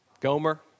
Gomer